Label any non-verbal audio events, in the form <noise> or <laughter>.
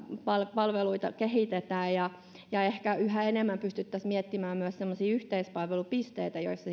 palveluita kehitetään ja ja ehkä yhä enemmän pystyttäisiin miettimään myös semmoisia yhteispalvelupisteitä joissa <unintelligible>